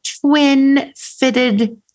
twin-fitted